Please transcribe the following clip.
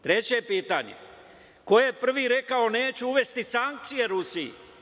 Treće pitanje - ko je prvi rekao da neće uvesti sankcije Rusiji?